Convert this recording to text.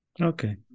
okay